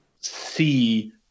see